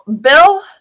Bill